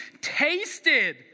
tasted